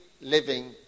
living